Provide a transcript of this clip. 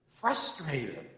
Frustrated